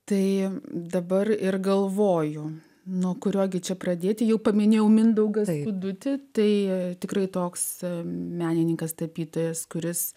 tai dabar ir galvoju nuo kurio gi čia pradėti jau paminėjau mindaugą skudutį tai tikrai toks menininkas tapytojas kuris